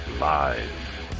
Live